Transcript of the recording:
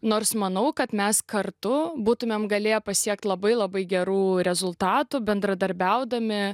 nors manau kad mes kartu būtumėm galėję pasiekti labai labai gerų rezultatų bendradarbiaudami